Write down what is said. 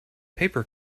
paper